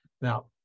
Now